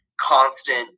constant